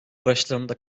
başlarında